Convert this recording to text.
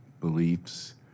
beliefs